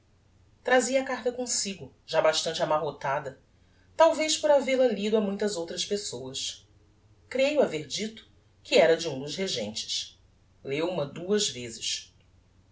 trazia a carta comsigo já bastante amarrotada talvez por havel a lido a muitas outras pessoas creio haver dito que era de um dos regentes leu ma duas vezes